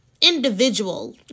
individual